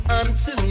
unto